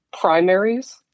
primaries